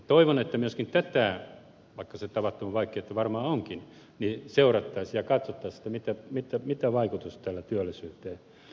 toivon että myöskin tätä vaikka se tavattoman vaikeaa varmaan onkin seurattaisiin ja katsottaisiin mitä vaikutusta tällä työllisyyteen on